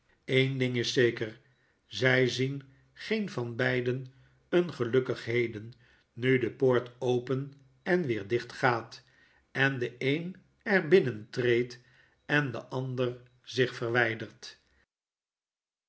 en ding is zeker zy zien geen van beiden een gelukkig fleden nu de poort open en weer dicht gaat en de een er binnen treedt en de ander zich verwydert